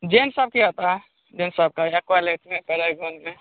जेन सबकी आता है जेन सबका एक्वालाइट में पैरागोन में